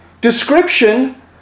description